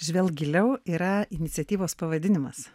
žvelk giliau yra iniciatyvos pavadinimas